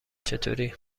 چطوری